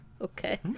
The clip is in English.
Okay